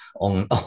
on